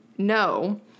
No